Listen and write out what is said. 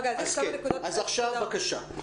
בבקשה.